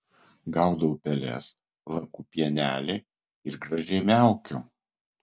gaudau peles laku pienelį ir gražiai miaukiu